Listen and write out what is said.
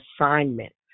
assignment